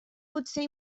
potser